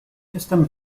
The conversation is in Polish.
jestem